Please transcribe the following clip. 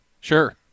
Sure